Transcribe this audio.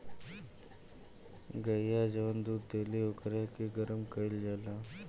गइया जवन दूध देली ओकरे के गरम कईल जाला